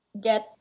get